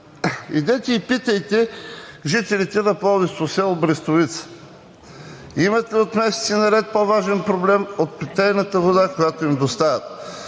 Идете и питайте жителите на пловдивското село Брестовица имат ли от месеци наред по-важен проблем от питейната вода, която им доставят.